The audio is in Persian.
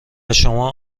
شما